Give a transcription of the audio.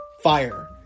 fire